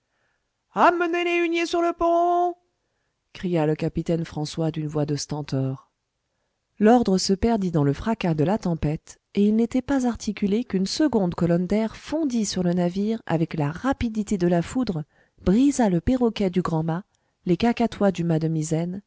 huniers sur le pont cria le capitaine françois d'une voix de stentor l'ordre se perdit dans le fracas de la tempête et il n'était pas articulé qu'une seconde colonne d'air fondit sur le navire avec la rapidité de la foudre brisa le perroquet du grand mât les cacatois du mât de misaine